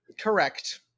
Correct